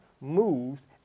moves